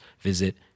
visit